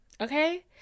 Okay